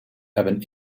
hebben